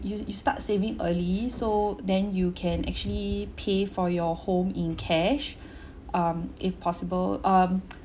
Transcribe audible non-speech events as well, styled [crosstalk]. you you start saving early so then you can actually pay for your home in cash um if possible um [noise]